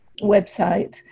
website